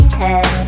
head